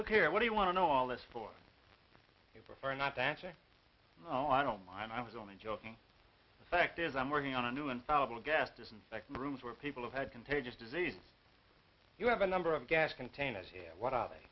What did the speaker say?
here what do you want to know all this for you prefer not to answer oh i don't mind i was only joking the fact is i'm working on a new infallible gas disinfectant rooms where people have had contagious disease you have a number of gas containers here what